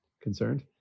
Concerned